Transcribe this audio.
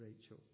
Rachel